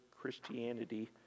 Christianity